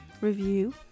review